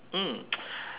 mm